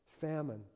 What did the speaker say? Famine